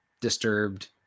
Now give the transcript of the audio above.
Disturbed